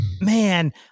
Man